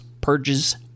purges